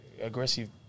aggressive